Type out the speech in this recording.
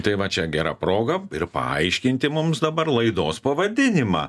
tai va čia gera proga ir paaiškinti mums dabar laidos pavadinimą